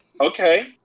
Okay